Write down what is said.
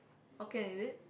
hokkien is it